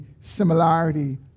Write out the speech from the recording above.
similarity